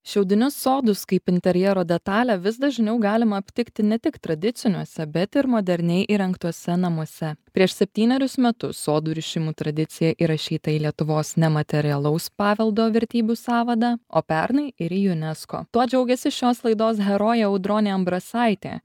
šiaudinius sodus kaip interjero detalę vis dažniau galima aptikti ne tik tradiciniuose bet ir moderniai įrengtuose namuose prieš septynerius metus sodų rišimų tradicija įrašyta į lietuvos nematerialaus paveldo vertybių sąvadą o pernai ir į unesco tuo džiaugiasi šios laidos herojė audronė ambrasaitė